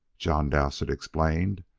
john dowsett explained.